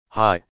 Hi